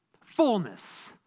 Fullness